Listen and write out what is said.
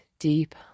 deep